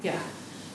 ya